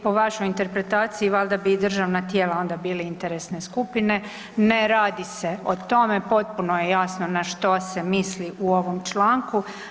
Po vašoj interpretaciji valjda bi i državna tijela onda bili interesne skupine, ne radi se o tome, potpuno je jasno na što se misli u ovom članku.